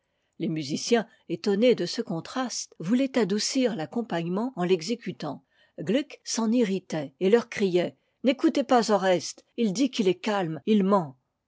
les musiciens étonnés de ce contraste voulaient adoucir l'accompagnement en l'exécutant gluck s'en irritait et leur criait n'écoutez pas oreste il dit qu'il est calme il